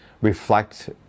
reflect